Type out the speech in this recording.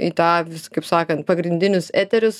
į tą visi kaip sakant pagrindinius eterius